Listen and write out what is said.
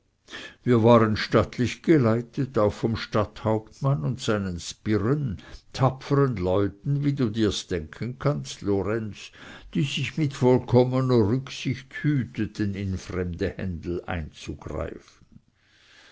wir waren stattlich geleitet auch vom stadthauptmann und seinen sbirren tapfern leuten wie du dir's denken kannst lorenz die sich mit vollkommener rücksicht hüteten in fremde händel einzugreifen